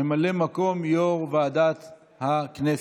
ממלא מקום יו"ר ועדת הכנסת.